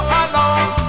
alone